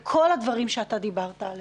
בנוסף לכל הדברים שאתה דיברת עליהם.